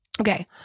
Okay